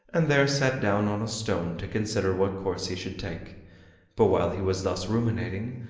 and there sat down on a stone to consider what course he should take but while he was thus ruminating,